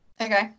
okay